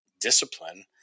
discipline